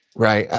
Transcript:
right.